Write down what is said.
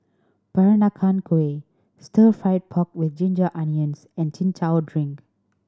Peranakan Kueh Stir Fried Pork With Ginger Onions and Chin Chow drink